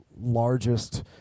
largest